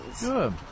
Good